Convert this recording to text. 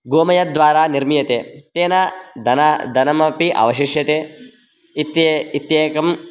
गोमयद्वारा निर्मीयते तेन धनं धनमपि अवशिष्यते इत्ये इत्येकं